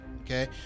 okay